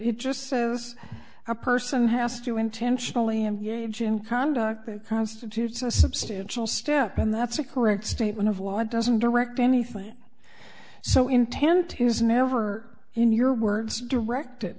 it just says a person has to intentionally engage in conduct that constitutes a substantial step and that's a correct statement of law doesn't direct anything so intent is never in your words directed